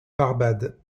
barbade